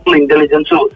intelligence